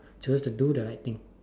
chooses to do the right thing